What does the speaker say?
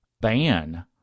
ban